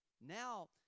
Now